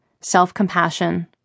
self-compassion